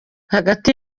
hagati